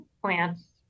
plants